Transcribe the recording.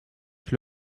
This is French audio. avec